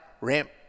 ramp